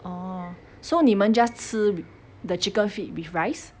oh so 你们 just 吃 the chicken feet with rice